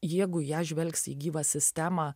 jegu ją žvelgsi į gyvą sistemą